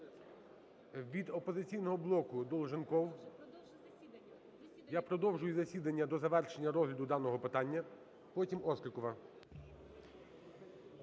Від "Опозиційного блоку" Долженков. Я продовжую засідання до завершення розгляду даного питання. Потім – Острікова.